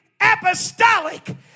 apostolic